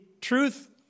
truth